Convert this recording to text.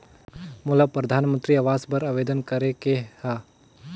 मोला परधानमंतरी आवास बर आवेदन करे के हा?